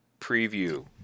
preview